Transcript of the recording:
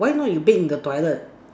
why not you bake in the toilet